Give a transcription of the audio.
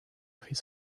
his